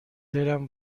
دلم